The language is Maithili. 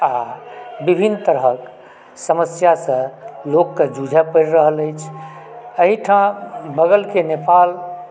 आ विभिन्न तरहक समस्या सँ लोक के जूझऽ पड़ि रहल अछि एहिठाम बगलके नेपाल